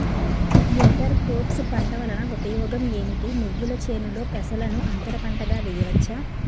Inter crops పంట వలన ఉపయోగం ఏమిటి? నువ్వుల చేనులో పెసరను అంతర పంటగా వేయవచ్చా?